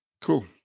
Cool